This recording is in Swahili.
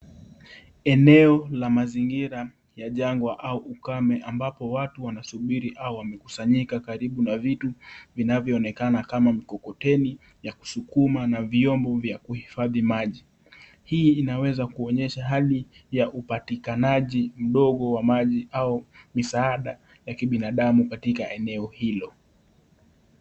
Eneo la mazingira ya jangwa au ukame ambapo watu wanasubiri au wamekusanyika karibu na vitu vinavyoonekana kama mkokoteni wa kuskuma na vyombo vya kuhifadhi maji, hii inaweza kuonyesha hali ya upatikanaji ndogo ya maji au msaada wa binadamu katika eneo hilo.